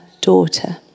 daughter